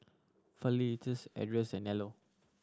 Felicitas Ardyce and Nello